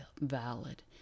valid